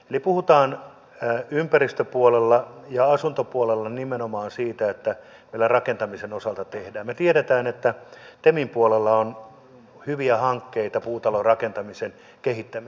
eli puhutaan ympäristöpuolella ja asuntopuolella nimenomaan siitä ja me rakentamisen osalta tiedämme että temin puolella on hyviä hankkeita puutalorakentamisen kehittämiseksi